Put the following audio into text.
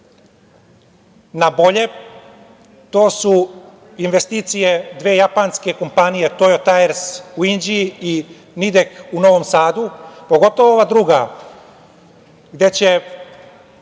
na bolje, to su investicije dve japanske kompanije „Tojo tajers“ u Inđiji i „Nidek“ u Novom Sadu, pogotovo ova druga gde će